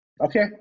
Okay